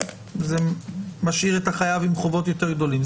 זה משאיר את החייב עם חובות יותר גדולים.